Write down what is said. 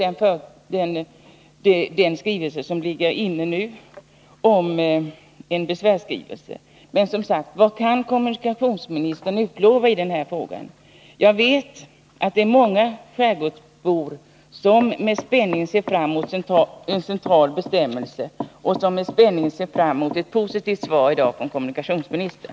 En besvärsskrivelse har nu lämnats in. Vad kan alltså kommunikationsministern utlova i denna fråga? Jag vet att många skärgårdsbor ser fram emot en central bestämmelse och att de hoppas på ett positivt svar i dag från kommunikationsministern.